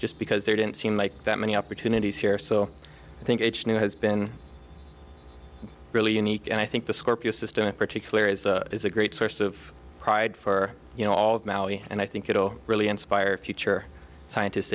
just because there didn't seem like that many opportunities here so i think each new has been really unique and i think the scorpio system in particular is a great source of pride for you know all value and i think it will really inspire future scientists